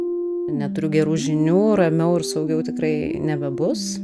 neturiu gerų žinių ramiau ir saugiau tikrai nebebus